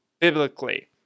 biblically